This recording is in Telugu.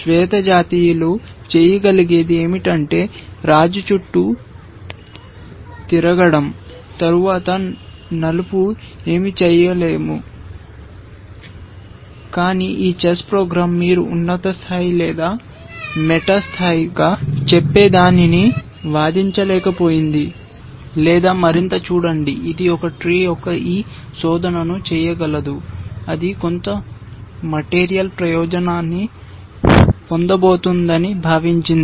శ్వేతజాతీయులు చేయగలిగేది ఏమిటంటే రాజు చుట్టూ తిరగడం తరువాత నలుపు ఏమీ చేయలేము కానీ ఈ చెస్ ప్రోగ్రాం మీరు ఉన్నత స్థాయి లేదా మెటా స్థాయిగా చెప్పేదానిని వాదించలేకపోయింది లేదా మరింత చూడండి ఇది ఒక ట్రీ యొక్క ఈ శోధనను చేయగలదు అది కొంత మెటీరియల్ ప్రయోజనాన్ని పొందబోతోందని భావించింది